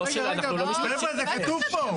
חבר'ה, זה כתוב פה.